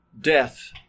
death